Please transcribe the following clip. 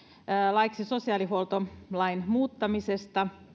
laiksi sosiaalihuoltolain muuttamisesta